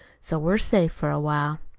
so we're safe for a while.